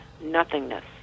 nothingness